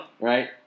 Right